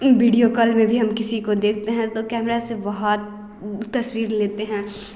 video call में भी हम किसी को देखते हैं तो कैमरा से बहुत तस्वीर लेते हैं